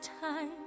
time